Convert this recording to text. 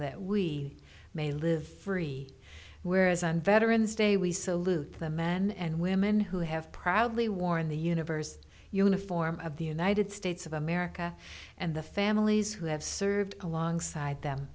that we may live free whereas on veterans day we salute the men and women who have proudly worn the universe uniform of the united states of america and the families who have served alongside them